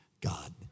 God